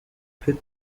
pitt